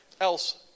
else